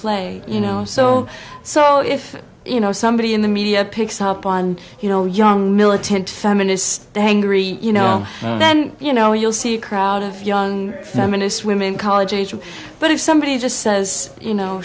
play you know so so if you know somebody in the media picks up on you know young militant feminists hangry you know then you know you'll see a crowd of young feminist women college age but if somebody just says you know